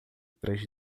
três